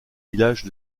villages